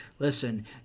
Listen